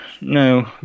no